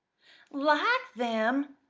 like them!